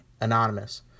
anonymous